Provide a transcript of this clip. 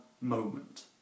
moment